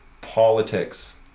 politics